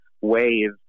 wave